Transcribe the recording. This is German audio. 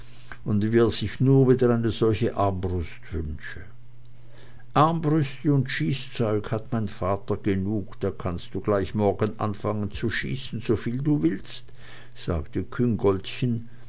und wie er sich nur wieder eine solche armbrust wünsche armbrüste und schießzeug hat mein vater genug da kannst du gleich morgen anfangen zu schießen soviel du willst sagte küngoltchen